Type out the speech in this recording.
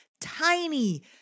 tiny